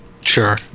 Sure